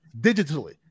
digitally